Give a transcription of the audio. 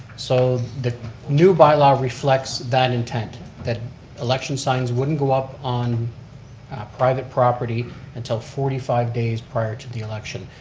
so the new by-law reflects that intent that election signs wouldn't go up on private property until forty five days prior to the election.